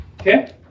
Okay